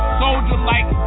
soldier-like